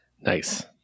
Nice